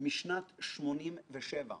משנת 1987,